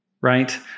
right